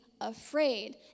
afraid